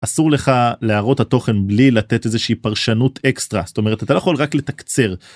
אסור לך להראות התוכן בלי לתת איזה שהיא פרשנות אקסטרה, זאת אומרת אתה לא יכול רק לתקצר.